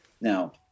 Now